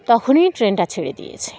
তখনই ট্রেনটা ছেড়ে দিয়েছে